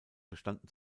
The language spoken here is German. bestanden